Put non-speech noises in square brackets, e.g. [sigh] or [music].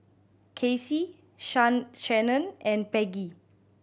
Kacey [unintelligible] Shannan and Peggie